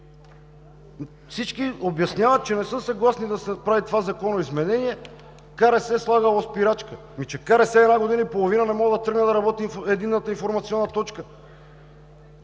Всички обясняват, че не са съгласни да се прави това законово изменение – КРС слагало спирачка. Ами че в КРС една година и половина не може да тръгне да работи единната информационна точка,